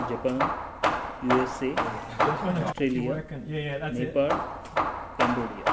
Japan U S A Australia Nepal Cambodia